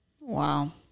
Wow